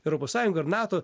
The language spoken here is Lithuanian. europos sąjunga ir nato